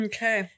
Okay